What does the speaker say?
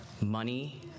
Money